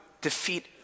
defeat